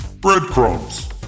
Breadcrumbs